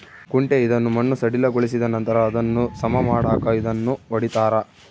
ಕುಂಟೆ ಇದನ್ನು ಮಣ್ಣು ಸಡಿಲಗೊಳಿಸಿದನಂತರ ಅದನ್ನು ಸಮ ಮಾಡಾಕ ಇದನ್ನು ಹೊಡಿತಾರ